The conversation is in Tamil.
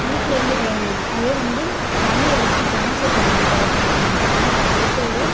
வீட்டில் இருந்தே அதே வந்து மனி ஏதாச்சும் ட்ரான்ஸ்ஃபர் பண்ணணும் இப்போ ஏதாச்சும் பேங்க்கு அடுத்த